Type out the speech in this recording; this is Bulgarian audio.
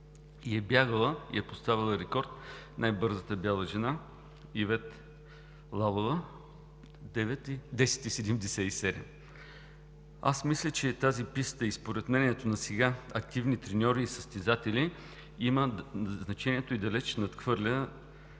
за младежи и е поставила рекорд най-бързата бяла жена – Ивет Лалова – 10,77. Мисля, че тази писта, и според мнението на сега активни треньори и състезатели, има значението и далеч надхвърля